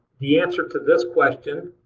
the answer to this question,